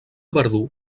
verdú